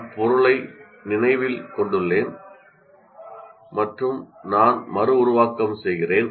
நான் பொருளை நினைவில் கொண்டுள்ளேன் மற்றும் நான் மறு உருவாக்கம் செய்கிறேன்